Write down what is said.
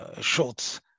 Schultz